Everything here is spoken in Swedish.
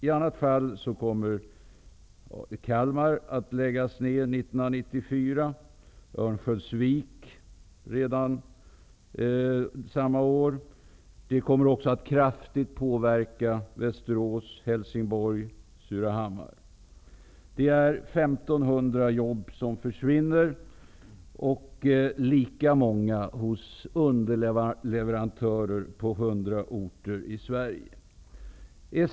I annat fall kommer produktionen i Kalmar att läggas ned 1994 och i Örnsköldsvik redan samma år. En sådan utveckling kommer också att kraftigt påverka Västerås, Helsingborg och Surahammar. 1 500 jobb försvinner, och lika många hos underleverantörer på 100 orter i Sverige.